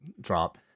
drop